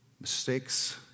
mistakes